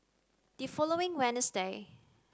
the following